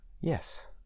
Yes